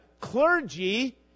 clergy